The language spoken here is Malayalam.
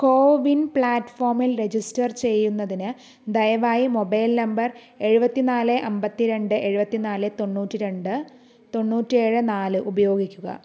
കോവിൻ പ്ലാറ്റ്ഫോമിൽ രജിസ്റ്റർ ചെയ്യുന്നതിന് ദയവായി മൊബൈൽ നമ്പർ എഴുപത്തിനാല് അമ്പത്തിരണ്ട് എഴുപത്തിനാല് തൊണ്ണൂറ്റി രണ്ട് തൊണ്ണൂറ്റി ഏഴ് ഉപയോഗിക്കുക